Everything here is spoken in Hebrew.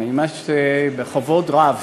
ואני ממש בכבוד רב